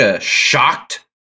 shocked